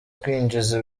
kwinjiza